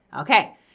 Okay